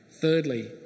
Thirdly